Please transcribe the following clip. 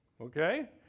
Okay